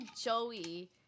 Joey